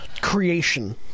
creation